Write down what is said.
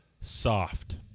soft